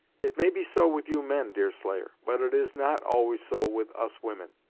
it may be so with you men, deerslayer, but it is not always so with us women.